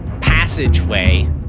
passageway